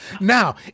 Now